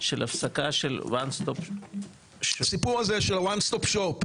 של הפסקה של ה-"One Stop Shop" --- הסיפור הזה של ה-"One Stop Shop",